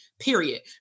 period